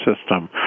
system